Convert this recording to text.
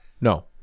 no